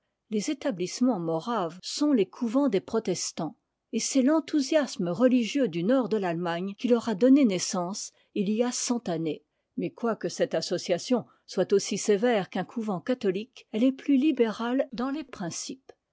les établissements moraves sont les couvents des protestants et c'est l'enthousiasme religieux du nord de l'allemagne qui leur a donné naissance il y a cent années mais quoique cette association soit aussi sévère qu'un couvent catholique elle est plus libérale dans les principes